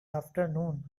afternoon